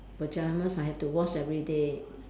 pajamas I have to wash everyday